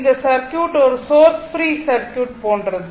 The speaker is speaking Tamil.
இந்த சர்க்யூட் ஒரு சோர்ஸ் பிரீ சர்க்யூட் போன்றது